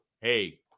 hey